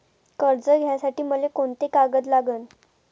कर्ज घ्यासाठी मले कोंते कागद लागन?